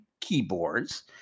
keyboards